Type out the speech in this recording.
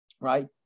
Right